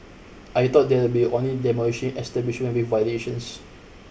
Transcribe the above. I thought they'll be only demolishing establishments with violations